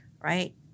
right